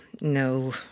no